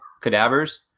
cadavers